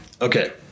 Okay